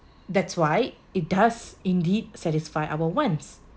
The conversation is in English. that's why it does indeed satisfy our wants